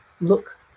look